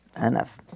enough